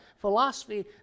Philosophy